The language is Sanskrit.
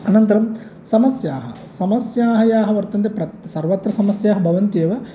अनन्तरं समस्याः समस्याः याः वर्तन्ते प्र सर्वत्र समस्याः भवन्ति एव